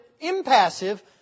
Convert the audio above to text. impassive